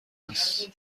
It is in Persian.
هست